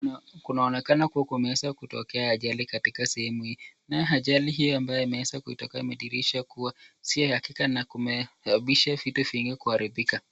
Kunaonekana kuwa kumeeza kutolea ajali katika sehemu hii, nayo ajali hiyo ambayo imeweza kuitokea imediirisha kuwa, sio ya kika, na kume sababisha fitu vingi kuaribika.